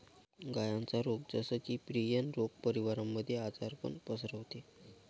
गायांचा रोग जस की, प्रियन रोग परिवारामध्ये आजारपण पसरवते